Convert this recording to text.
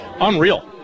Unreal